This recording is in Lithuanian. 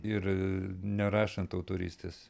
ir nerašant autorystės